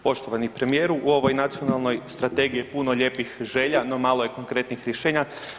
Poštovani premijeru, u ovoj nacionalnoj strategiji je puno lijepih želja, no malo je konkretnih rješenja.